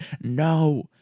No